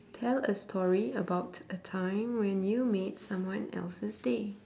tell a story about a time when you made someone else's day